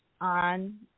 on